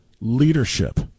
leadership